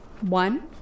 One